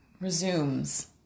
resumes